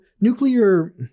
nuclear